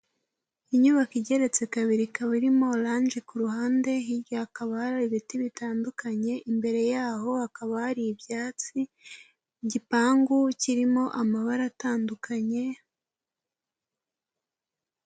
Inyubako igeretse kabiri ikaba irimo oranje ku ruhande, hirya hakaba hari ibiti bitandukanye, imbere yaho hakaba hari ibyatsi, igipangu kirimo amabara atandukanye.